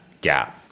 gap